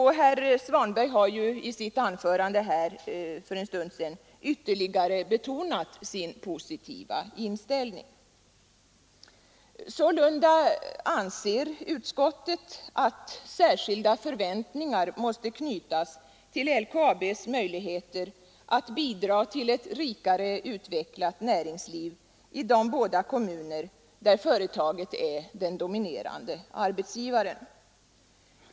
Herr Svanberg har också i sitt anförande för en stund sedan ytterligare betonat den positiva inställningen. Sålunda anser utskottet att särskilda förväntningar måste knytas till LKAB:s möjligheter att bidra till ett rikare utvecklat näringsliv i de båda kommuner där företaget är den dominerande arbetsgivaren.